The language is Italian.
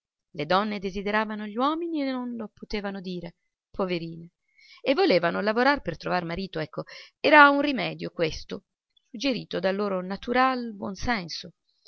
le donne desiderano gli uomini e non lo possono dire poverine e volevano lavorare per trovar marito ecco era un rimedio questo suggerito dal loro naturale buon senso